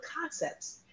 concepts